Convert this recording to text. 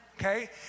okay